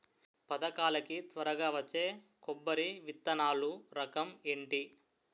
పథకాల కి త్వరగా వచ్చే కొబ్బరి విత్తనాలు రకం ఏంటి?